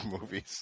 movies